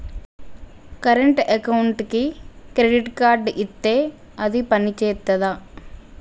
Current అకౌంట్కి credit card ఇత్తే అది పని చేత్తదా?